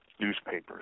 newspapers